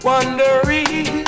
Wondering